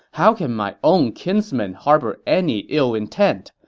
how can my own kinsman harbor any ill intent?